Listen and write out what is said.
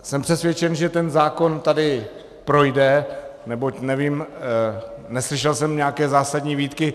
Jsem přesvědčen, že ten zákon tady projde, neboť jsem neslyšel nějaké zásadní výtky.